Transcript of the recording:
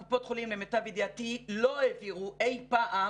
קופות חולים למיטב ידיעתי לא העבירו אי פעם